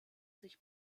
sich